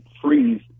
freeze